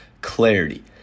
Clarity